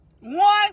One